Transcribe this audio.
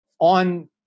on